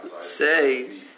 say